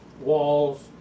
walls